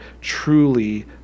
truly